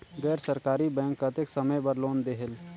गैर सरकारी बैंक कतेक समय बर लोन देहेल?